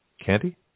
Candy